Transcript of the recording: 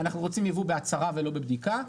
אנחנו רוצים יבוא בהצהרה ולא בבדיקה,